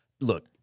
look